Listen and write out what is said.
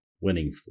winning